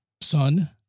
son